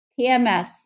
PMS